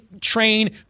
train